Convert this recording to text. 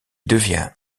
devient